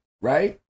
right